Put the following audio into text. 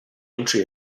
entry